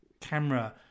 camera